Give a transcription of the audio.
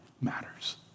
matters